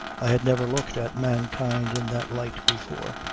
i had never looked at mankind in that light before.